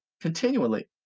continually